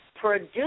produce